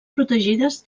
protegides